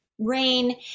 rain